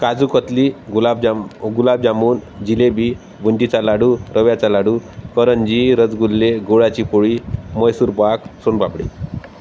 काजू कतली गुलाबजाम गुलाबजामून जिलेबी बुंदीचा लाडू रव्याचा लाडू करंजी रसगुल्ले गुळाची पोळी म्हैसूर पाक सोनपापडी